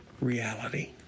reality